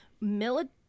military